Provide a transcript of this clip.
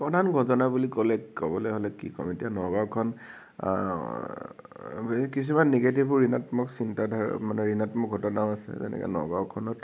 প্ৰধান ঘটনা বুলি ক'লে ক'বলে হ'লে কি ক'ম এতিয়া নগাওঁখন কিছুমান নেগেটিভ ঋণাত্মক চিন্তাধাৰা মানে ঋণাত্মক ঘটনাও আছে যেনেকে নগাওঁখনত